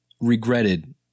regretted –